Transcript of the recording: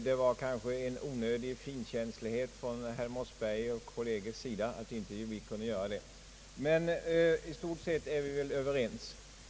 Det berodde kanske på en onödig finkänslighet hos herr Mossberger och hans kolleger, men i stort sett är vi väl överens.